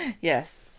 Yes